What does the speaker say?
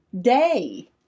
day